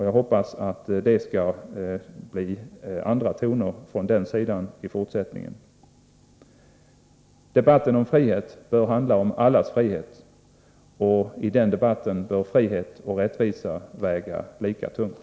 Jag hoppas att det skall bli andra toner från den sidan i fortsättningen. Debatten om frihet bör handla om allas frihet, och i den debatten bör frihet och rättvisa väga lika tungt.